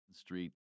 Street